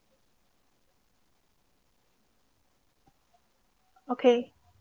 okay